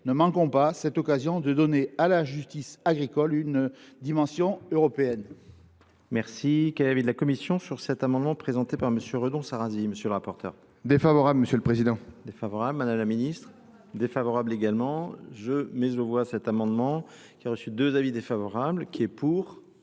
Ne manquons pas cette occasion de donner à la justice agricole une dimension européenne.